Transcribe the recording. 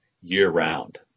year-round